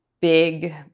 big